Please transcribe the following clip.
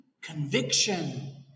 conviction